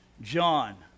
John